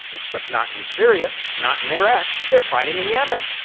except not in syria, not in iraq. they're fighting in yemen.